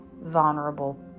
vulnerable